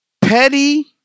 petty